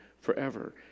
forever